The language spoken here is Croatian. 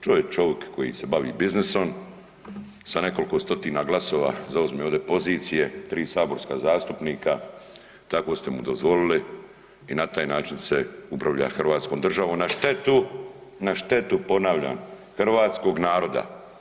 To je čovik koji se bavi biznisom sa nekoliko stotina glasova zauzme ovdje pozicije, tri saborska zastupnika tako ste mu dozvolili i na taj način se upravlja Hrvatskom državom na štetu, na štetu ponavljam hrvatskog naroda.